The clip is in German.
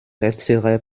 letzterer